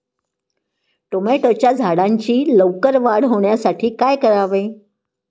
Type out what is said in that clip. टोमॅटोच्या झाडांची लवकर वाढ होण्यासाठी काय करावे?